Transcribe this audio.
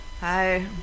Hi